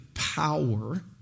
power